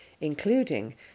including